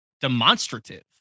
demonstrative